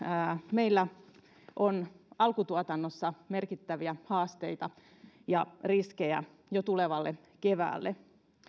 meillä on alkutuotannossa merkittäviä haasteita ja riskejä jo tulevalle keväälle